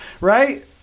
Right